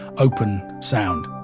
open sound.